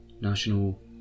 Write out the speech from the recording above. National